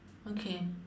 okay